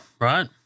right